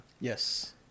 Yes